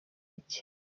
iki